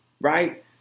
right